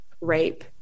rape